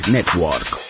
Network